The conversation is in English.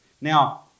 Now